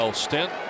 stint